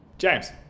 James